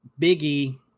Biggie